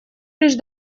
лишь